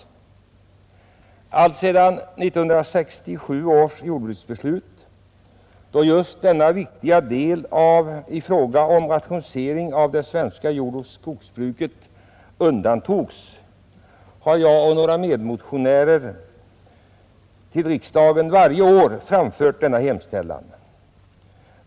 Alltsedan 1967 års jordbruksbeslut, då just denna viktiga del i fråga om rationaliseringen av det svenska jordoch skogsbruket undantogs, har jag och några medmotionärer till riksdagen varje år framfört denna hemställan.